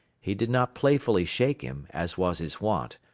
he did not playfully shake him, as was his wont,